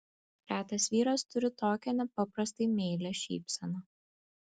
retas vyras turi tokią nepaprastai meilią šypseną